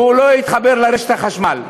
והוא לא יתחבר לרשת החשמל.